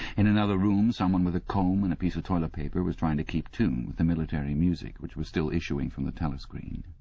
in another room someone with a comb and a piece of toilet paper was trying to keep tune with the military music which was still issuing from the telescreen.